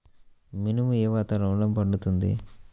మినుము ఏ వాతావరణంలో పండుతుంది?